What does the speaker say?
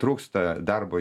trūksta darbo